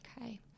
okay